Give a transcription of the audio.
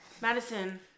Madison